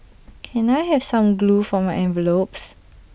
can I have some glue for my envelopes